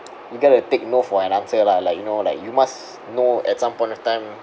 you got to take no for an answer lah like you know like you must know at some point of time